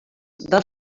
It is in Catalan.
del